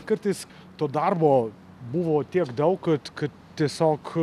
kartais to darbo buvo tiek daug kad kad tiesiog